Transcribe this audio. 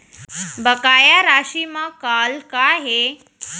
बकाया राशि मा कॉल का हे?